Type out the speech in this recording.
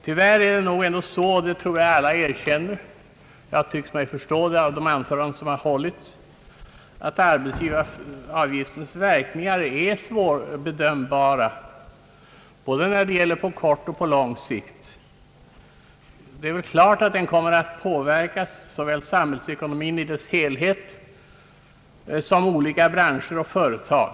Tyvärr är det nog ändå så — och det tycker jag mig av de anföranden som hållits förstå att alla erkänner — att arbetsgivaravgiftens verkningar är svårbedömbara på både kort och lång sikt. Klart är väl att den kommer att påverka såväl samhällsekonomin i dess helhet som olika branscher och företag.